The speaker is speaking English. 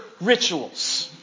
rituals